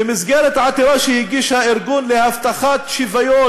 במסגרת עתירה שהגיש הארגון להבטחת שוויון